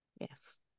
yes